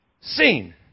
seen